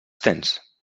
tens